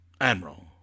Admiral